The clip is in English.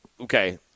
okay